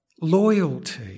loyalty